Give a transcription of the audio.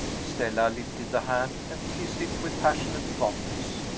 stella lifted the hand and kissed it with passionate fondness.